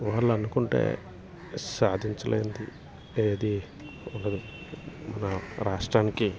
వాళ్ళనుకుంటే సాధించలేంది ఏది మన రాష్ట్రానికి